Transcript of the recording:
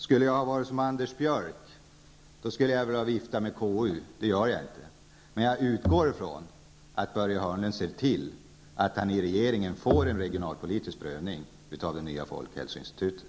Skulle jag ha varit som Anders Björck, skulle jag i det här sammanhanget börja tala om KU. Det gör jag inte, men jag utgår från att Börje Hörnlund ser till att han i regeringen får till stånd en regionalpolitisk prövning av det nya folkhälsoinstitutet.